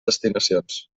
destinacions